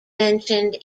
mentioned